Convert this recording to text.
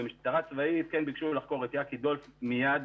במשטרה הצבאית ביקשו לחקור את יקי דולף מיד